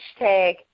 hashtag